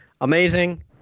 amazing